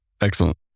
Excellent